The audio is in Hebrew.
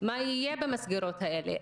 מה יהיה במסגרות האלה,